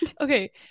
Okay